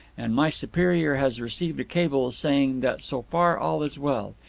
and my superior has received a cable saying that so far all is well.